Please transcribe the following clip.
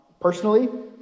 personally